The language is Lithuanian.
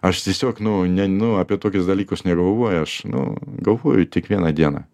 aš tiesiog nu ne nu apie tokius dalykus negalvoju aš nu galvoju tik vieną dieną